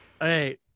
Hey